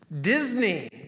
Disney